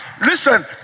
Listen